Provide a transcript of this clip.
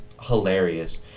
hilarious